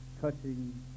touching